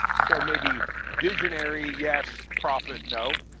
so maybe visionary, yes. prophet, no?